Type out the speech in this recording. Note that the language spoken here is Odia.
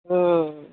ହୁଁ